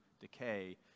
decay